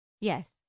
Yes